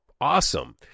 awesome